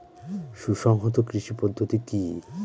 সুসংহত কৃষি পদ্ধতি কি?